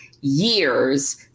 years